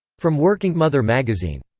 from working mother magazine.